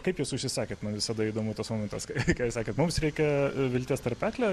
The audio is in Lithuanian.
kaip jūs užsisakėt man visada įdomu tas momentas tai ką jūs sakėt mums reikia vilties tarpeklio